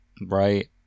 Right